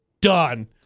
Done